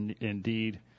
indeed